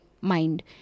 mind